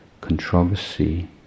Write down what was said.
controversy